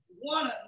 one